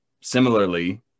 Similarly